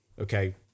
okay